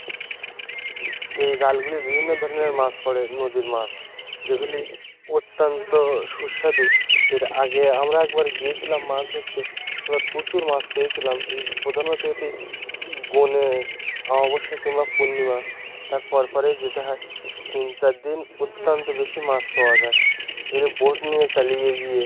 এই জালগুলি বিভিন্ন ধরনের মাছ পড়ে নদীর মাছ যেগুলি অত্যন্ত সুস্বাদু এর আগে আমরা একবার গিয়েছিলাম মাছ ধরতে এবার প্রচুর মাছ পেয়েছিলাম এই প্রধানত এটি গুনে আমাবস্যা কিম্বা পূর্ণিমা তার পর পরেই যেতে হয় তিন চার দিন অত্যান্ত বেশি মাছ পাওয়া যায় এরে বোট নিয়ে চালিয়ে গিয়ে